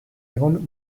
egon